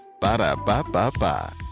Ba-da-ba-ba-ba